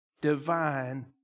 divine